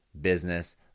business